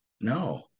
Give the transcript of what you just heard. No